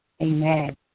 Amen